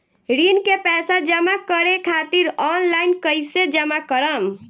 ऋण के पैसा जमा करें खातिर ऑनलाइन कइसे जमा करम?